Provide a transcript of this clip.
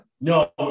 No